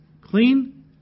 Clean